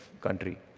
country